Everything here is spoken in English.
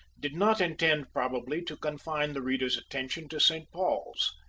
did not intend probably to confine the reader's attention to st. paul's.